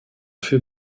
feu